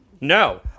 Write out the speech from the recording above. No